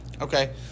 Okay